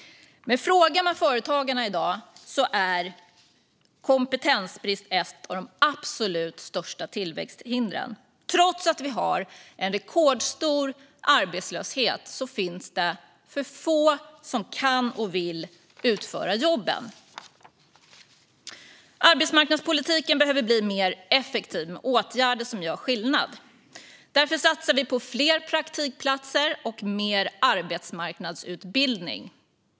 Men frågar man företagarna i dag svarar de att kompetensbrist är ett av de absolut största tillväxthindren. Trots att vi har en rekordstor arbetslöshet finns det för få som kan och vill utföra jobben. Arbetsmarknadspolitiken behöver bli mer effektiv, med åtgärder som gör skillnad. Därför satsar vi på fler praktikplatser och mer arbetsmarknadsutbildning.